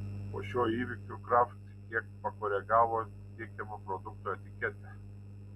po šio įvykio kraft kiek pakoregavo tiekiamo produkto etiketę